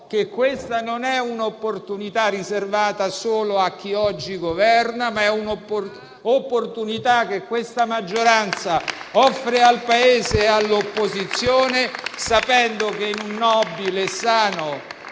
che questa non è una opportunità riservata solo a chi oggi governa. Questa è invece un'opportunità che la maggioranza offre al Paese e all'opposizione, sapendo che, in una nobile e sana